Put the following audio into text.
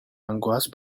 angoisse